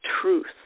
truth